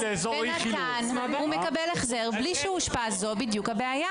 זאת בדיוק הבעיה.